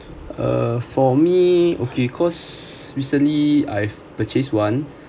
uh for me okay because recently I've purchase one